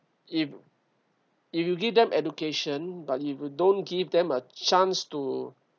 if if you give them education but if you don't give them a chance to